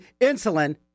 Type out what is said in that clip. insulin